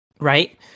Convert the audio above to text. Right